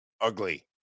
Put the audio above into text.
Ugly